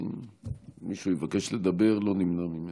מי שמבקש לדבר, לא נמנע ממנו.